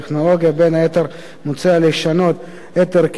בין היתר, מוצע לשנות את הרכב מועצת